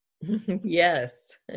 Yes